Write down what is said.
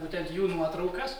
būtent jų nuotraukas